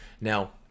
now